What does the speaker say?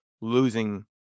losing